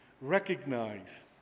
recognize